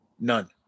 None